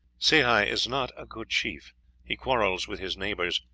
sehi is not a good chief he quarrels with his neighbors,